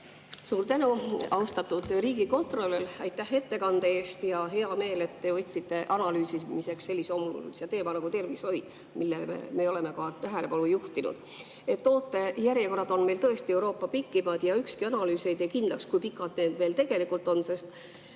Suur tänu! Austatud riigikontrolör! Aitäh ettekande eest! Mul on hea meel, et te võtsite analüüsimiseks sellise olulise teema nagu tervishoid, millele me ka oleme tähelepanu juhtinud. Ootejärjekorrad on meil Euroopa pikimad ja ükski analüüs ei tee kindlaks, kui pikad need veel tegelikult on, sest